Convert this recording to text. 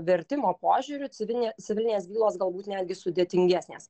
vertimo požiūriu civilinė civilinės bylos galbūt netgi sudėtingesnės